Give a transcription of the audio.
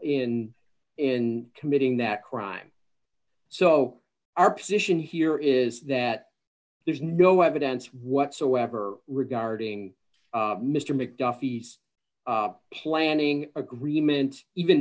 in and committing that crime so our position here is that there's no evidence whatsoever regarding mr mcduffie's planning agreement even